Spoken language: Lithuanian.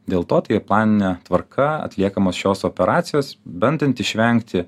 dėl to tai planine tvarka atliekamos šios operacijos bandant išvengti